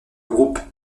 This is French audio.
groupe